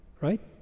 right